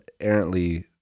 errantly